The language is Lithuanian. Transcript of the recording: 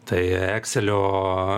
tai ekselio